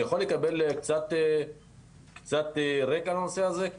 אני יכול לקבל קצת רקע על הנושא הזה?